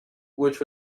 which